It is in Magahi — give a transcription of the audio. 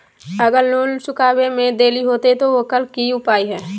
अगर लोन चुकावे में देरी होते तो ओकर की उपाय है?